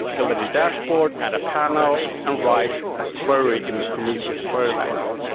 build a new dashboard, add a panel and write a query in the prometheus query language,